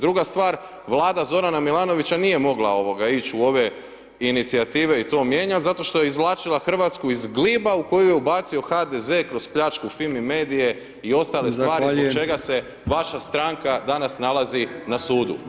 Druga stvar, Vlada Zorana Milanovića nije mogla ić u ove inicijative i to mijenjati zato što je izvlačila Hrvatsku iz gliba u koju je ubacio HDZ kroz pljačku Fimi medije i ostale stvari zbog čega se vaša stranka danas nalazi na sudu.